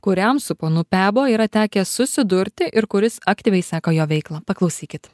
kuriam su ponu pebo yra tekę susidurti ir kuris aktyviai seka jo veiklą paklausykit